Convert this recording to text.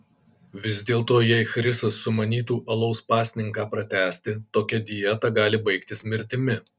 vis dėlto jei chrisas sumanytų alaus pasninką pratęsti tokia dieta gali baigtis mirtimi